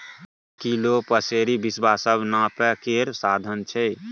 kilo, पसेरी, बिसवा सब नापय केर साधंश छै